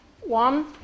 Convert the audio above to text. One